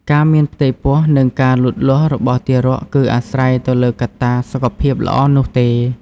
ការមានផ្ទៃពោះ និងការលូតលាស់របស់ទារកគឺអាស្រ័យទៅលើកត្តាសុខភាពល្អនោះទេ ។